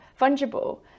fungible